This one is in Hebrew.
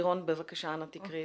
לירון, בבקשה, אנא תקראי.